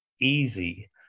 easy